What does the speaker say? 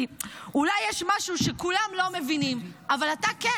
כי אולי יש משהו שכולם לא מבינים אבל אתה כן.